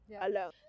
alone